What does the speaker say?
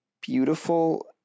beautiful